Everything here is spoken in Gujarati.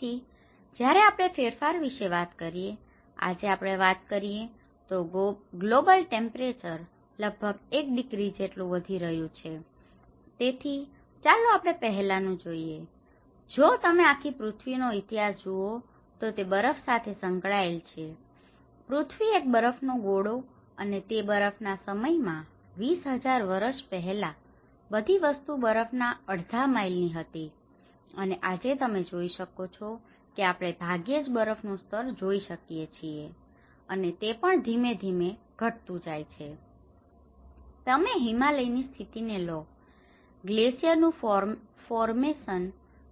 તેથી જયારે આપણે ફેરફાર વિશે વાત કરીએ આજે આપણે વાત કરીએ તો ગ્લોબલ ટેમ્પરેચર લગભગ 1 ડિગ્રી જેટલું વધી ગયું છે બરાબર તેથી ચાલો પહેલાનું જોઈએ જો તમે આખી પૃથ્વીનો ઇતિહાસ જુઓ તો તે બરફ સાથે સંકળાયેલ છે પૃથ્વી એક બરફ નો ગોળો અને તે બરફ ના સમય માં 20000 વર્ષ પહેલા બધી વસ્તુ બરફ ના અડધા માઈલ ની હતી અને આજે તમે જોઈ શકો ચો કે આપણે ભાગ્યેજ બરફ નું સ્તર જોઈ શકીએ છીએ અને તે પણ ધીમી ધીમે ઘટતું જાય છે તમે હિમાલય ની સ્થિતિ ને લો ગ્લેસિયર નું ફોર્મેસન